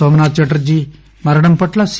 నోమనాథ్ చటర్షీ మరణం పట్ల సి